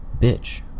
Bitch